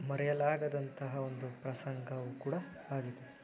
ಮರೆಯಲಾಗದಂತಹ ಒಂದು ಪ್ರಸಂಗವು ಕೂಡ ಆಗಿದೆ